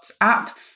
app